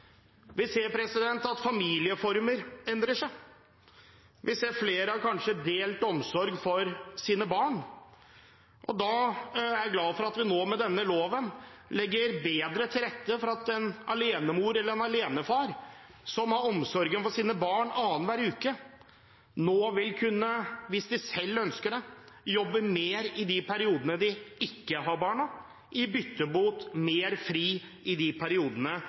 Vi ser at familieformer endrer seg, vi ser at flere har delt omsorg for sine barn. Jeg er glad for at vi med denne loven legger bedre til rette for at en alenemor eller en alenefar som har omsorgen for sine barn annenhver uke, nå vil kunne, hvis de selv ønsker det, jobbe mer i de periodene de ikke har barna, i bytte mot mer fri i de periodene